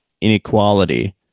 inequality